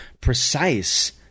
precise